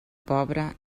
pobre